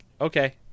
okay